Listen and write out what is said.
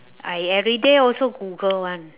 I everyday also google one